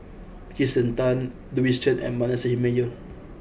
Kirsten Tan Louis Chen and Manasseh Meyer